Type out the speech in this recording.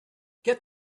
get